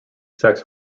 sex